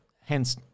hence